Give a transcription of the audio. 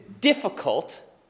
difficult